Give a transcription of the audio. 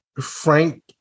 Frank